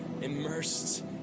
immersed